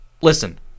listen